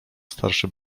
starszy